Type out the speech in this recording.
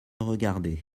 regardaient